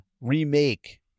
remake